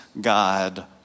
God